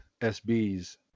SBs